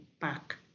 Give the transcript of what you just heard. back